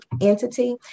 entity